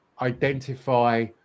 identify